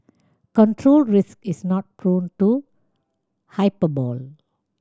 control Risks is not prone to hyperbole